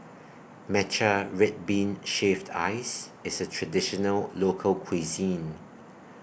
Matcha Red Bean Shaved Ice IS A Traditional Local Cuisine